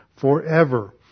forever